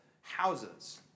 houses